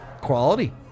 Quality